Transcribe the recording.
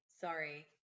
sorry